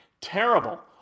Terrible